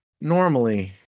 Normally